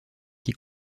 qui